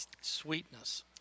sweetness